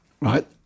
right